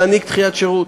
להעניק דחיית שירות.